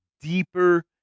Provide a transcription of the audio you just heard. deeper